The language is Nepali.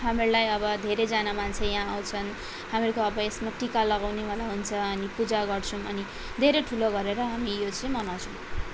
हामीहरूलाई अब धेरैजना मान्छे यहाँ आउँछन् हामीहरूको अब यसमा टिका लगाउने वाला हुन्छ अनि पूजा गर्छौँ धेरै ठुलो गरेर हामी यो चाहिँ मनाउँछौँ